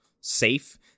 safe